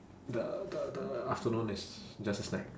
the the the afternoon is just a snack